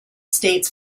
states